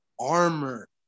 armor